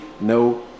no